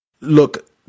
look